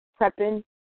prepping